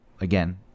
again